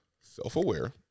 self-aware